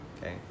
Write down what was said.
Okay